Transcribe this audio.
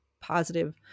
positive